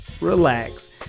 relax